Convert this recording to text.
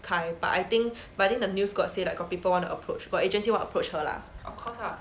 开 but I think but I think the news got say like got people wanna approach got agency wanna approach her lah